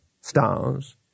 stars